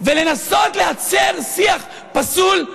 ולנסות לייצר שיח פסול,